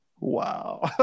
Wow